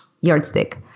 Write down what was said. yardstick